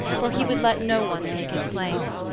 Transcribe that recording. for he would let no one take his place.